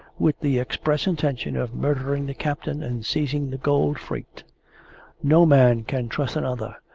with the express intention of murdering the captain and seizing the gold freight no man can trust another,